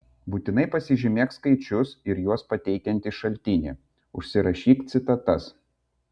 būtinai pasižymėk skaičius ir juos pateikiantį šaltinį užsirašyk citatas